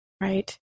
Right